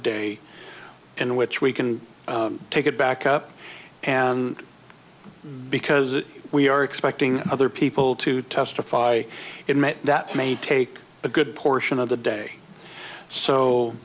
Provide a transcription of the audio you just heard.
day in which we can take it back up and because we are expecting other people to testify in may that may take a good portion of the day so